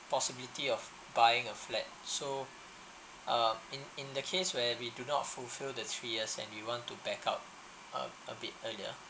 possibility of buying a flat so um in in the case where we do not fulfill the three years and we want to back out uh a bit earlier